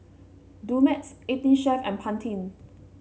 Dumex Eighteen Chef and Pantene